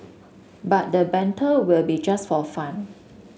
but the banter will be just for fun